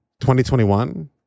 2021